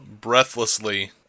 breathlessly